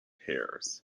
hairs